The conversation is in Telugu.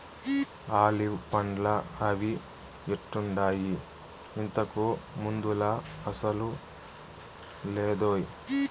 ఆలివ్ పండ్లా అవి ఎట్టుండాయి, ఇంతకు ముందులా అసలు లేదోయ్